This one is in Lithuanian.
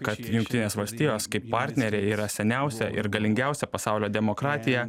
kad jungtinės valstijos kaip partneriai yra seniausia ir galingiausia pasaulio demokratija